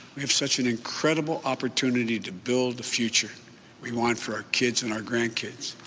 we have such an incredible opportunity to build the future we want for our kids and our grandkids.